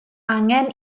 angen